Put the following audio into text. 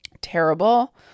terrible